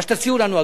מה שתציעו לנו,